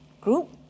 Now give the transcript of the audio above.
group